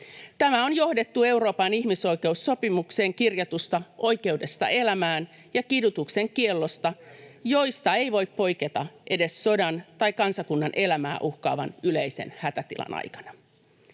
Tämä on johdettu Euroopan ihmisoikeussopimukseen kirjatusta oikeudesta elämään ja kidutuksen kiellosta, joista ei voi poiketa edes sodan tai kansakunnan elämää uhkaavan yleisen hätätilan aikana.